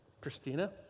Christina